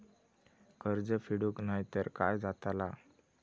कर्ज फेडूक नाय तर काय जाताला?